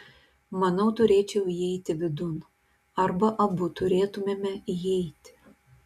manau turėčiau įeiti vidun arba abu turėtumėme įeiti